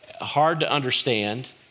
hard-to-understand